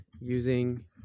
Using